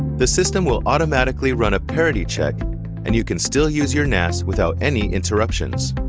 the system will automatically run a parity check and you can still use your nas without any interruptions.